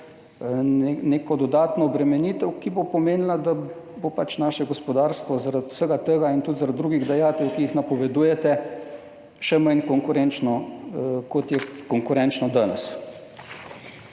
neko dodatno obremenitev, ki bo pomenila, da bo naše gospodarstvo zaradi vsega tega in tudi zaradi drugih dajatev, ki jih napovedujete, še manj konkurenčno, kot je konkurenčno danes.